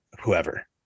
whoever